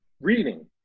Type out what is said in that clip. reading